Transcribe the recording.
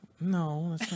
No